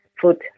food